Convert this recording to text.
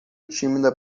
tímida